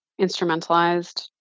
instrumentalized